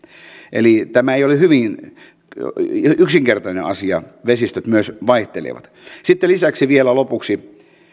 eli tämä ei ole yksinkertainen asia vesistöt myös vaihtelevat lisäksi vielä lopuksi